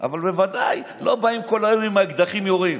אבל בוודאי לא באים כל היום עם האקדחים, יורים.